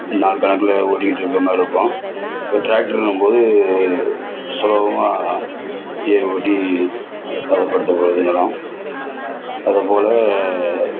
நாள் கணக்கில் ஓட்டிகிட்டு இருக்கமாதிரி இருக்கும் இப்போ ட்ராக்ட்ருன்னும் போது சுலபமா ஏர் ஓட்டி பதப்படுத்தப்படுது நிலம் அது போல